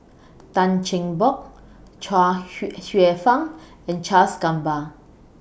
Tan Cheng Bock Chuang Hsueh Fang and Charles Gamba